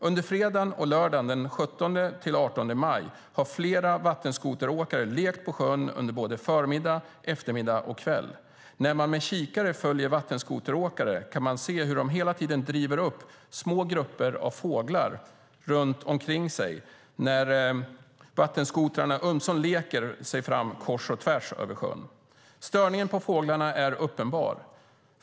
Under fredagen och lördagen den 17-18 maj har flera vattenskoteråkare lekt på sjön under både förmiddag, eftermiddag och kväll. När man med kikare följer vattenskoteråkare kan man se hur de hela tiden driver upp små grupper av fåglar runt omkring sig när vattenskotrarna ömsom leker sig fram kors och tvärs över sjön. Störningen av fåglarna är uppenbar.